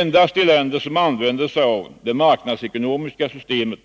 Endast i länder som använder sig av det marknadsekonomiska systemet